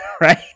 Right